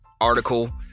article